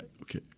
okay